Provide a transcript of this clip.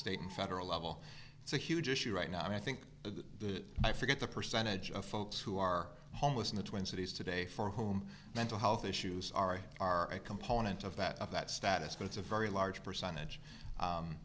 state and federal level it's a huge issue right now and i think the i forget the percentage of folks who are homeless in the twin cities today for whom mental health issues are are a component of that of that status but it's a very large percentage